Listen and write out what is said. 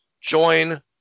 join